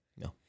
No